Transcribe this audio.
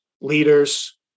leaders